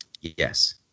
Yes